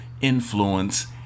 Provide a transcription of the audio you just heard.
influence